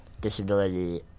disability